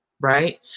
right